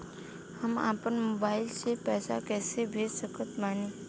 हम अपना मोबाइल से पैसा कैसे भेज सकत बानी?